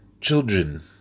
children